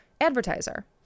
advertiser